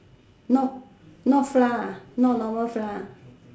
no not flour ah not normal flour ah